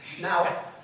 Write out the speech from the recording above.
Now